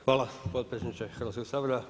Hvala potpredsjedniče Hrvatskog sabora.